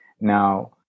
Now